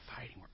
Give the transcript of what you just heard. fighting